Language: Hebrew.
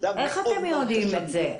איך הם יודעים את זה?